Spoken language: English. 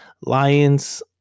Lions